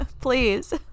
please